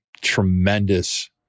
tremendous